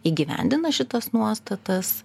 įgyvendina šitas nuostatas